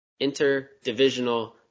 interdivisional